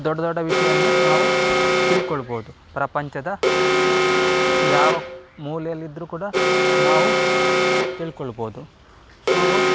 ದೊಡ್ಡ ದೊಡ್ಡ ವಿಷಯವನ್ನು ನಾವು ತಿಳ್ಕೊಳ್ಬೋದು ಪ್ರಪಂಚದ ಯಾವ ಮೂಲೆಯಲ್ಲಿದ್ರೂ ಕೂಡ ನಾವು ತಿಳ್ಕೊಳ್ಬೋದು ಸೊ